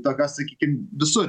tokios sakykim visur